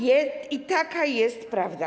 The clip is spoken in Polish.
I taka jest prawda.